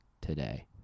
today